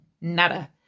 nada